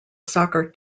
soccer